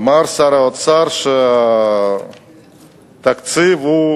אמר שר האוצר שהתקציב הוא